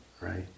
right